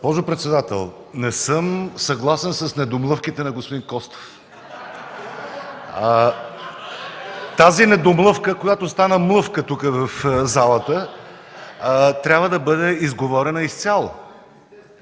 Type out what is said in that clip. госпожо председател, не съм съгласен с недомлъвките на господин Костов. (Смях.) Тази недомлъвка, която става на млъвка в залата, трябва да бъде изговорена изцяло.